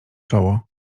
czoło